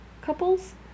couples